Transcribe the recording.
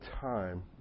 time